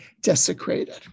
desecrated